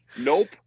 Nope